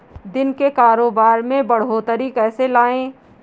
दिन के कारोबार में बढ़ोतरी कैसे लाएं?